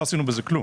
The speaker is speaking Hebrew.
לא עשינו בזה כלום.